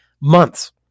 Months